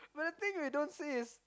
but the thing we don't see is